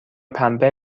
پنبه